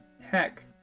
heck